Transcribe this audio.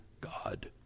God